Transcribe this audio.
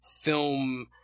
film